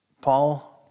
Paul